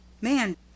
Man